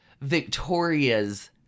Victoria's